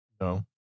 No